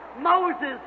Moses